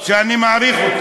שאני מעריך אותו,